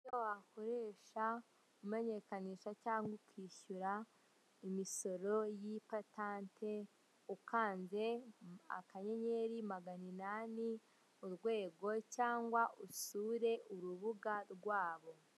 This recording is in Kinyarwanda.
Icyo wakoresha umenyekanisha cyangwa ukishyura imisoro y'ipatante, ukanze akanyenyeri magana inani urwego cyangwa usure urubuga rwabo.